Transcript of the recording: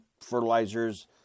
fertilizers